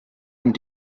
und